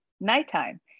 nighttime